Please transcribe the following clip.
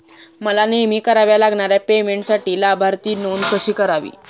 मला नेहमी कराव्या लागणाऱ्या पेमेंटसाठी लाभार्थी नोंद कशी करावी?